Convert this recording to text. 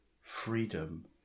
freedom